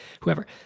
whoever